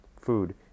food